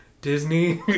Disney